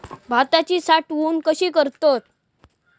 भाताची साठवूनक कशी करतत?